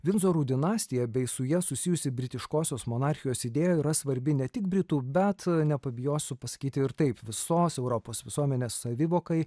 vindzorų dinastija bei su ja susijusi britiškosios monarchijos idėja yra svarbi ne tik britų bet nepabijosiu pasakyti ir taip visos europos visuomenės savivokai